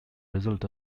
result